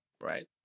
right